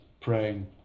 praying